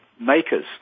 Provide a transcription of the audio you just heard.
makers